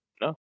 No